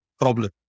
problem